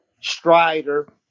Strider